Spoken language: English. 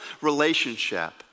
relationship